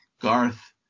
Garth